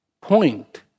point